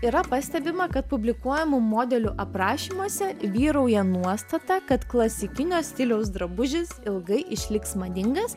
yra pastebima kad publikuojamų modelių aprašymuose vyrauja nuostata kad klasikinio stiliaus drabužis ilgai išliks madingas